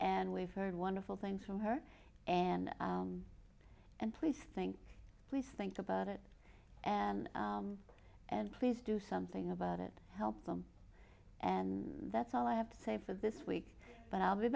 and we've heard wonderful things from her and and please think please think about it and and please do something about it help them and that's all i have to say for this week but i'll be